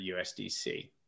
USDC